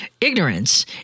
ignorance